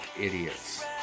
idiots